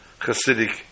Hasidic